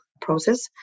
process